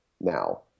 now